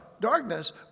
darkness